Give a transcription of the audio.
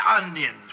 onions